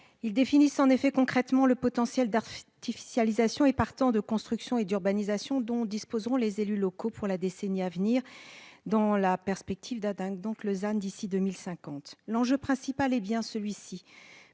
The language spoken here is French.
Elle définit en effet concrètement le potentiel d'artificialisation et, partant, de construction et d'urbanisation dont disposeront les élus locaux dans la décennie à venir, dans la perspective d'atteindre le ZAN d'ici à 2050. L'enjeu principal est bien celui-ci